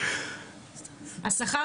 שכר